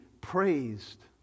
praised